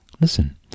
Listen